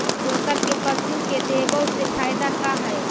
चोकर के पशु के देबौ से फायदा का है?